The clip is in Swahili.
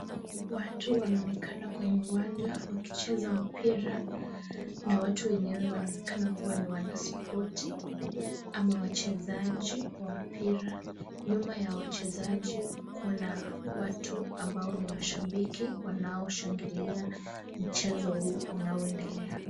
Watu wanaonekana kwenye uwanja wakicheza mpira na watu wenyewe wanaonekana kuwa ni wanaspoti ama wachezaji wa mpira. Nyuma ya wachezaji kuna watu ambao ni mashabiki wanaoshangilia mchezo huu unaoendelea.